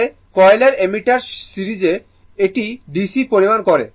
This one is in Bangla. আসলে কয়েল অ্যামমিটার সরিয়ে এটি DC পরিমাপ করে